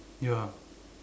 ya